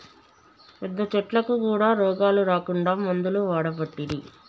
పెద్ద చెట్లకు కూడా రోగాలు రాకుండా మందులు వాడబట్టిరి